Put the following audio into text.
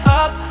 up